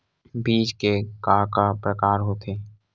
बीज के का का प्रकार होथे?